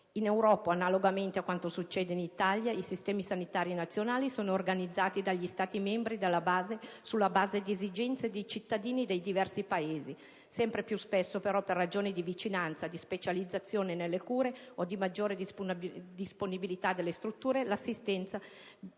In Europa, analogamente a quanto succede in Italia, i sistemi sanitari nazionali sono organizzati dagli Stati membri sulla base delle esigenze dei rispettivi cittadini; sempre più spesso però, per ragioni di vicinanza, di specializzazione nelle cure o di maggiore disponibilità delle strutture, l'assistenza viene ad